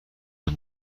این